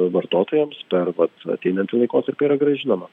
vartotojams per vat ateinantį laikotarpį yra grąžinama